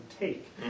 take